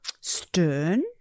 stern